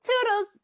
Toodles